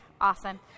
awesome